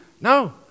no